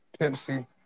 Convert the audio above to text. Pepsi